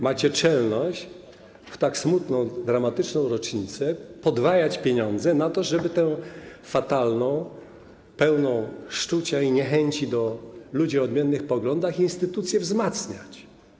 Macie czelność w tak smutną, dramatyczną rocznicę podwajać pieniądze, żeby tę fatalną, pełną szczucia i niechęci do ludzi o odmiennych poglądach instytucję wzmacniać.